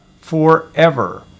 forever